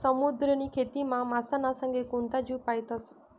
समुद्रनी खेतीमा मासाना संगे कोणता जीव पायतस?